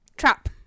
Trap